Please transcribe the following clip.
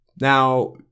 Now